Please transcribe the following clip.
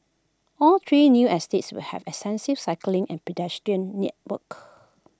all three new estates will have extensive cycling and pedestrian networks